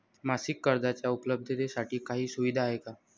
मासिक कर्जाच्या उपलब्धतेसाठी काही सुविधा आहे का?